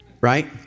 right